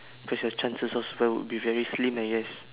because your chances of survival would be very slim I guess